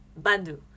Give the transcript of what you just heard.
bandu